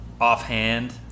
offhand